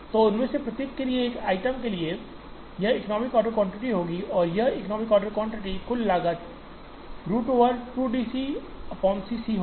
तो उनमें से प्रत्येक के लिए एक आइटम के लिए यह इकनोमिक आर्डर क्वांटिटी होगी और इकनोमिक आर्डर क्वांटिटी पर कुल लागत root over 2 D CC c होगी